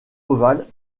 ovales